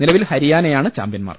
നിലവിൽ ഹരിയാനയാണ് ചാമ്പ്യൻമാർ